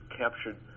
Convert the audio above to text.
captured